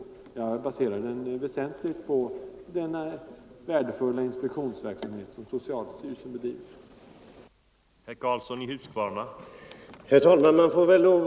Nej, jag baserade min uppfattning till väsentlig Nr 120 del på den värdefulla inspektionsverksamhet som socialstyrelsen bedri Onsdagen den